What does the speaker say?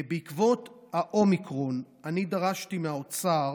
בעקבות האומיקרון דרשתי מהאוצר,